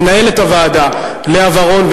מנהלת הוועדה לאה ורון,